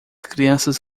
crianças